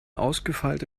ausgefeilte